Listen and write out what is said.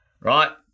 right